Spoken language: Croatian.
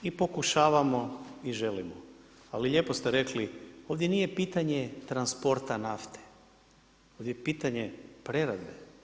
I pokušavamo i želimo, ali lijepo ste rekli ovdje nije pitanje transporta nafte, ovdje je pitanje prerade.